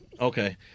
Okay